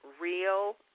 real